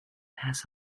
has